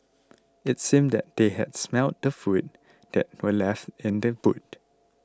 it seemed that they had smelt the food that were left in the boot